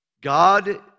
God